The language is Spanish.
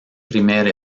primer